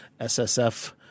SSF